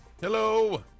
Hello